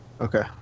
Okay